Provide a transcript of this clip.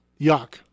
Yuck